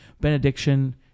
benediction